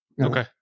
Okay